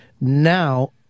Now